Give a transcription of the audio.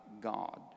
God